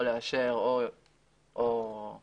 או לאשר או לדחות,